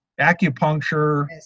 acupuncture